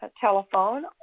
telephone